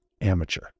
Amateur